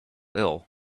ill